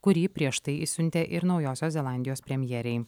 kurį prieš tai išsiuntė ir naujosios zelandijos premjerei